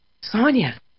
Sonia